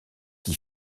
qui